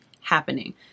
happening